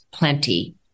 Plenty